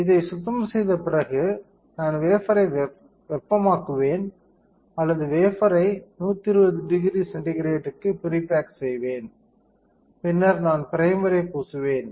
இதை சுத்தம் செய்த பிறகு நான் வேஃபர்ரை வெப்பமாக்குவேன் அல்லது வேஃபர்ரை 1200 C க்கு ப்ரீ பேக் செய்வேன் பின்னர் நான் ப்ரைமரை பூசுவேன்